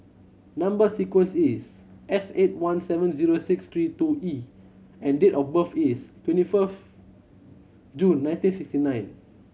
number sequence is S eight one seven zero six three two E and date of birth is twenty fourth June nineteen sixty nine